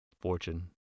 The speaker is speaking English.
fortune